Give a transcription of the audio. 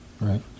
right